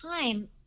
time